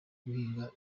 guhinga